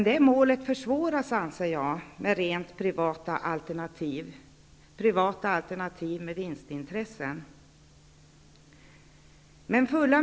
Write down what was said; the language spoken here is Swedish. Det målet anser jag försvåras med rent privata alternativ med vinstintressen.